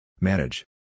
Manage